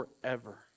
forever